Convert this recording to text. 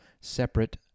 separate